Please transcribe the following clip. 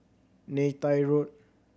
Neythai Road